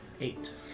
Eight